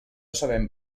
sabem